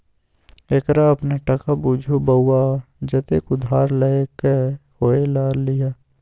एकरा अपने टका बुझु बौआ जतेक उधार लए क होए ल लिअ